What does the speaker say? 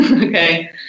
okay